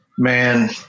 Man